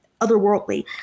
otherworldly